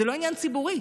זה לא עניין ציבורי,